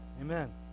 Amen